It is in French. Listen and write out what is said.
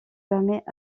permet